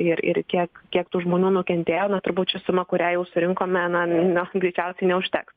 ir ir kiek kiek tų žmonių nukentėjo na turbūt ši suma kurią jau surinkome na jos greičiausiai neužteks